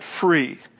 free